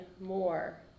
more